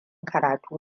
karatu